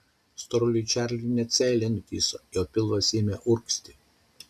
storuliui čarliui net seilė nutįso jo pilvas ėmė urgzti